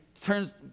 turns